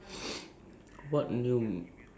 like the food menu lah the restaurant menu